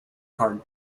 card